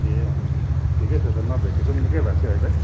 ए अँ ठिकै छ त नभेटेको पनि निकै भएको थियो है भाइ